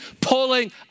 pulling